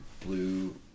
blue